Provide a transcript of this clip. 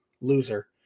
loser